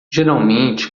geralmente